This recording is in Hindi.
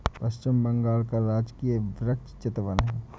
पश्चिम बंगाल का राजकीय वृक्ष चितवन है